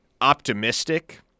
optimistic